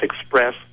express